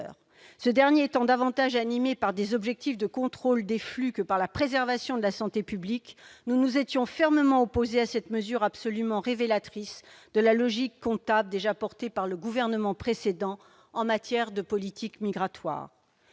Ce dernier étant davantage animé par des objectifs de contrôle des flux que par la préservation de la santé publique, nous nous étions fermement opposés à cette mesure absolument révélatrice de la logique comptable, déjà portée par le gouvernement précédent, en matière de politique migratoire.